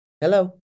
hello